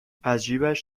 ازجیبش